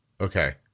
okay